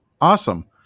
Awesome